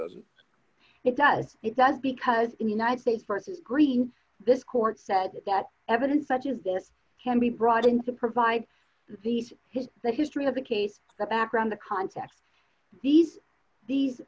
doesn't it does it does because united states forces green this court said that evidence such as this can be brought in to provide the the history of the case the background the context these these